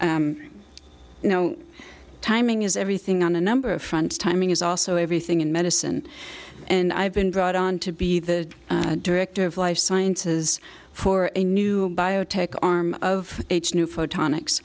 you know timing is everything on a number of fronts timing is also everything in medicine and i've been brought on to be the director of life sciences for a new biotech arm of new photonics